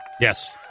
Yes